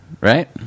right